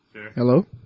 hello